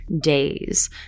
days